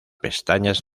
pestañas